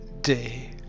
day